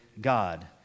God